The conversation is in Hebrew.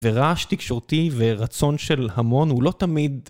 ורעש תקשורתי ורצון של המון הוא לא תמיד.